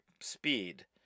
speed